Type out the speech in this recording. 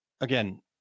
again